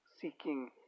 seeking